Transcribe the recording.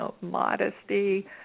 modesty